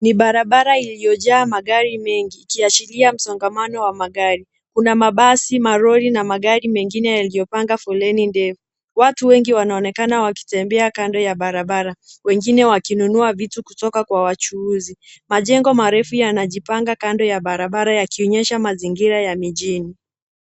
Ni barabara iliyojaa magari mengi ikiashiria masongaman wa magari. Kuna mabasi, malori na magari mengine yaliopanga foleni ndefu. Watu wengi wanaonekana wakitembea kando ya barabara, wengine wakinunua vitu kutoka kwa wachuuzi. Majengo marefu yanajipanga kando ya barabara yakionyeshamazingira ya mijini.